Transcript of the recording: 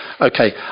Okay